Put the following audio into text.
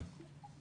כן.